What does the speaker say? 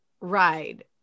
ride